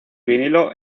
vinilo